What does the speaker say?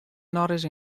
nochris